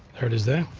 there it is there.